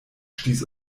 stieß